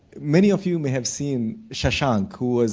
many of you may have seen shashank who is